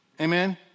Amen